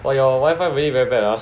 !wah! your wifi really very bad ah